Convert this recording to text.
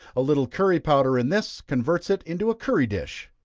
a little curry powder in this, converts it into a curry dish.